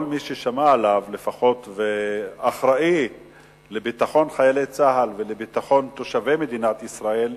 כל מי ששמע עליה ואחראי לביטחון חיילי צה"ל ולביטחון תושבי מדינת ישראל,